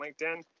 LinkedIn